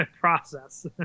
process